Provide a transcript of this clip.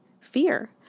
fear